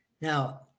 Now